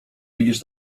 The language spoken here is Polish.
widzisz